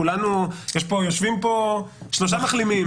יושבים פה שלושה מחלימים,